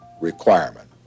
requirement